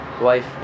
wife